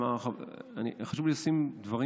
חשוב לי לשים דברים